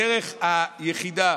הדרך היחידה